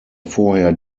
vorher